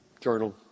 journal